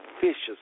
vicious